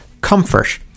comfort